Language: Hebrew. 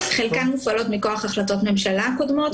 חלקן מופעלות מכוח החלטות ממשלה קודמות,